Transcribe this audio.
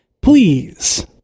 please